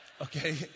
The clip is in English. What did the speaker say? okay